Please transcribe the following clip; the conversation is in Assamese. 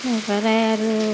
তাৰপৰাই আৰু